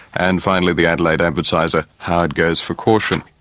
and finally the adelaide advertiser, howard goes for caution.